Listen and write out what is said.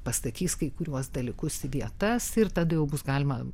pastatys kai kuriuos dalykus į vietas ir tada jau bus galima